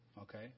okay